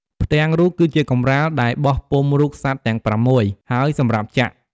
ផ្ទាំងរូបគឺជាកម្រាលដែលបោះពុម្ពរូបសត្វទាំងប្រាំមួយ ហើយសម្រាប់ចាក់។